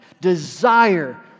desire